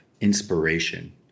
inspiration